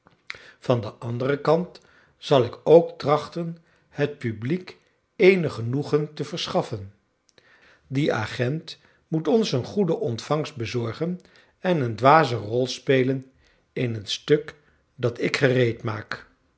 van den anderen kant zal ik ook trachten het publiek eenig genoegen te verschaffen die agent moet ons een goede ontvangst bezorgen en een dwaze rol spelen in het stuk dat ik gereedmaak